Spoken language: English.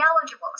eligible